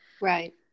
Right